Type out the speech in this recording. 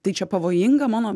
tai čia pavojinga mano